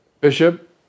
Bishop